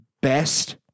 best